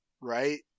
right